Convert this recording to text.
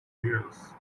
years